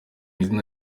izina